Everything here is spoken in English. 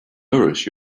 nourish